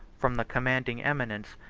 from the commanding eminence,